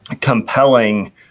compelling